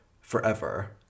forever